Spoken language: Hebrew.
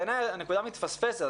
בעיני הנקודה מתפספסת.